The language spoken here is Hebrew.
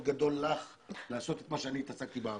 גדול לך לעשות את מה שאני התעסקתי בו בעבר,